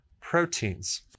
proteins